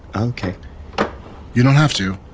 ok you don't have to.